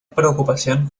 preocupación